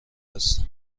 هستم